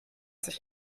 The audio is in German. sich